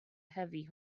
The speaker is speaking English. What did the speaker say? heavy